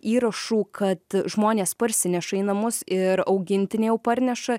įrašų kad žmonės parsineša į namus ir augintiniai jau parneša